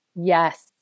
Yes